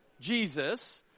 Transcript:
Jesus